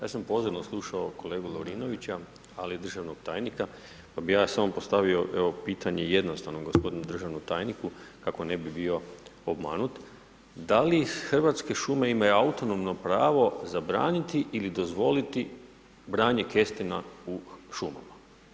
Ja sam pozorno slušao kolegu Lovrinovića, ali i državnog tajnika, pa bi ja samo postavio evo pitanje, jednostavno, gospodinu državnom tajniku, kako ne bi bio obmanut, da li Hrvatske šume imaju autonomno pravo zabraniti ili dozvoliti branje kestena u šumama?